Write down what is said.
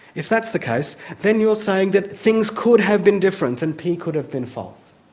if that's the case, then you're saying that things could have been different and p could have been false.